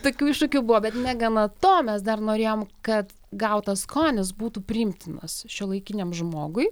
tokių iššūkių buvo bet negana to mes dar norėjom kad gautas skonis būtų priimtinas šiuolaikiniam žmogui